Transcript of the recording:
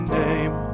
name